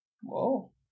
Whoa